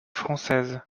française